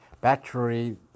battery